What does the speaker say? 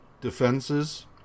defenses